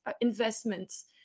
investments